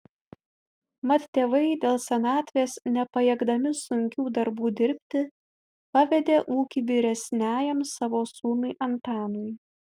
mat tėvai dėl senatvės nepajėgdami sunkių darbų dirbti pavedė ūkį vyresniajam savo sūnui antanui